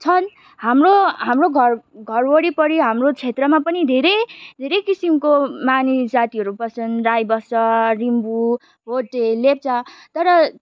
छन् हाम्रो हाम्रो घर घर वरिपरि हाम्रो क्षेत्रमा पनि धेरै धेरै किसिमको मानिस जातिहरू बस्छन् राई बस्छ रिम्बू भोटे लेप्चा तर